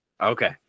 Okay